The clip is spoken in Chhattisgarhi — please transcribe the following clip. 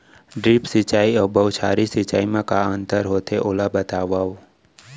ड्रिप सिंचाई अऊ बौछारी सिंचाई मा का अंतर होथे, ओला बतावव?